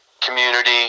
community